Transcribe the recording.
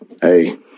Hey